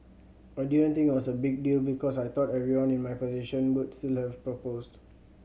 I didn't think it was a big deal because I thought everyone in my position would still have proposed